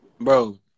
Bro